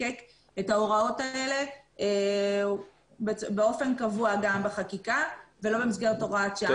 לחוקק את ההוראות האלה באופן קבוע גם בחקיקה ולא במסגרת הוראת שעה.